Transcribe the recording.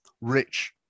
rich